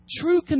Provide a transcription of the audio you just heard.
True